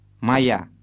Maya